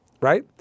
right